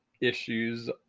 issues